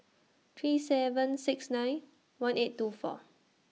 three seven six nine one eight two four